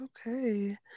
Okay